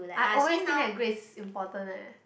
I always think that grades important eh